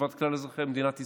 לטובת כלל אזרחי מדינת ישראל.